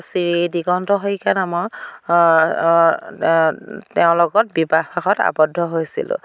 শ্ৰী দিগন্ত শইকীয়া নামৰ তেওঁৰ লগত বিবাহপাশত আৱদ্ধ হৈছিলোঁ